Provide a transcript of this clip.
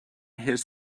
his